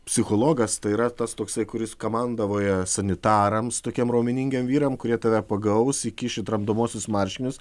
psichologas tai yra tas toksai kuris kamandavoja sanitarams tokiem raumeningiem vyram kurie tave pagaus įkiš į tramdomuosius marškinius